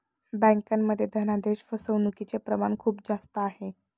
बँकांमध्ये धनादेश फसवणूकचे प्रमाण खूप जास्त आहे